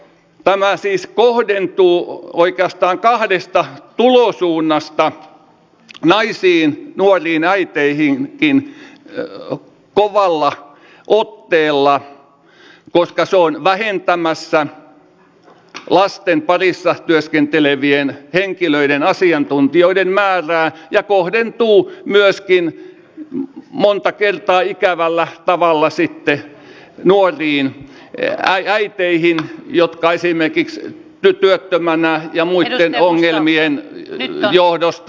tämä siis kohdentuu oikeastaan kahdesta tulosuunnasta naisiin nuoriin äiteihinkin kovalla otteella koska se on vähentämässä lasten parissa työskentelevien henkilöiden asiantuntijoiden määrää ja kohdentuu myöskin monta kertaa ikävällä tavalla sitten nuoriin äiteihin jotka esimerkiksi työttöminä ja muitten ongelmien johdosta